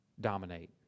dominate